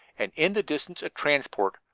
and in the distance a transport,